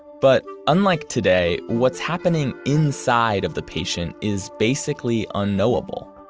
but unlike today, what's happening inside of the patient is basically unknowable.